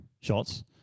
shots